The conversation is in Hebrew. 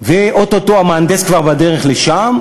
ואו-טו-טו המהנדס כבר בדרך לשם.